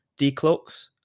decloaks